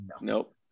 Nope